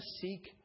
seek